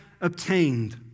obtained